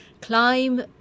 Climb